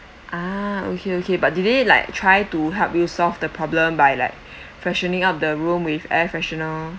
ah okay okay but did they like try to help you solve the problem by like freshening up the room with air freshener